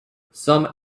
some